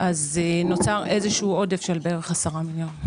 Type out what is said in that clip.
נוצר איזשהו עודף של כ-10 מיליון.